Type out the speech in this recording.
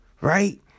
Right